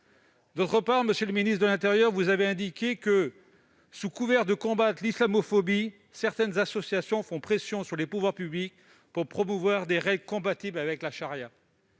ailleurs, monsieur le ministre de l'intérieur, vous avez déclaré que, sous couvert de combattre l'islamophobie, certaines associations font pression sur les pouvoirs publics pour promouvoir des règles compatibles avec la charia.